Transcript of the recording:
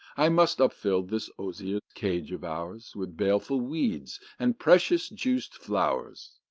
i must up-fill this osier cage of ours with baleful weeds and precious-juiced flowers.